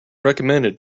recommended